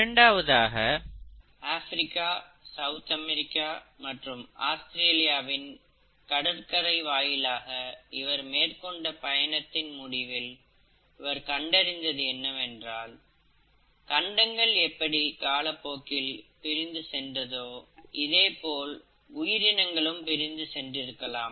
இரண்டாவதாக Africa south America மற்றும் ஆஸ்திரேலியாவின் கடற்கரையை வாயிலாக இவர் மேற்கொண்ட பயணத்தின் முடிவில் இவர் கண்டறிந்தது என்னவென்றால் கண்டங்கள் எப்படி காலப்போக்கில் பிரிந்துசென்றதோ இதேபோல் உயிரினங்களும் பிரிந்து சென்று இருக்கலாம்